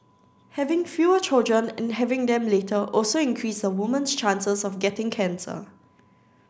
having fewer children and having them later also increase a woman's chances of getting cancer